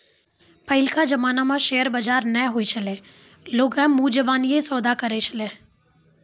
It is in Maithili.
पहिलका जमाना मे शेयर बजार नै होय छलै लोगें मुजबानीये सौदा करै छलै